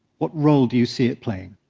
what role do you see it playing?